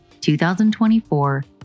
2024